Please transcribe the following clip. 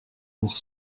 pour